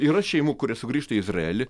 yra šeimų kurios sugrįžta į izraelį